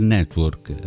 Network